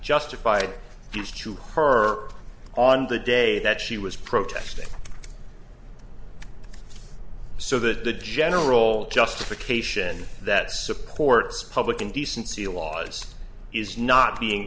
justified just to her on the day that she was protesting so that the general justification that supports public indecency laws is not being